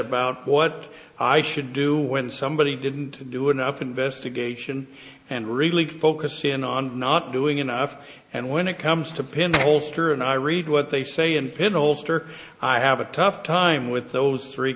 about what i should do when somebody didn't do enough investigation and really focus in on not doing enough and when it comes to pin holster and i read what they say in pin holster i have a tough time with those three